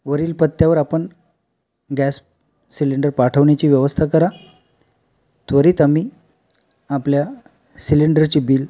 वरील पत्त्यावर आपण गॅस सिलेंडर पाठवण्याची व्यवस्था करा त्वरित आम्ही आपल्या सिलेंडरची बिल